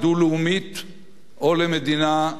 או למדינה לא דמוקרטית.